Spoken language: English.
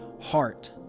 heart